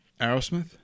Aerosmith